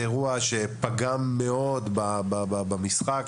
זה אירוע שפגם מאוד במשחק.